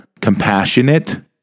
Compassionate